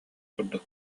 курдук